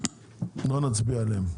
לא נצביע עליהן,